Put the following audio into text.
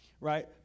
right